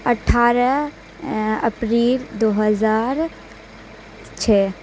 اٹھارہ اپریل دو ہزار چھ